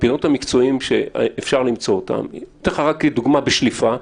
ואני אתן לך דוגמה בשליפה.